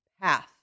Path